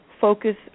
focus